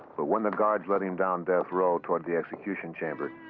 but when the guards led him down death row to the execution chamber,